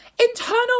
Internal